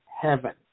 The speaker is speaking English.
heaven